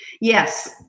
Yes